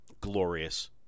glorious